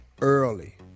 early